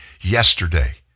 yesterday